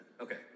Okay